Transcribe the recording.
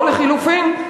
או לחלופין,